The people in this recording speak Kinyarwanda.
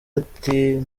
ati